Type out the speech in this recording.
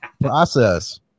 Process